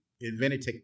invented